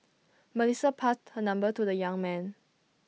Melissa passed her number to the young man